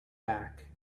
back